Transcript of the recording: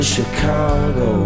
Chicago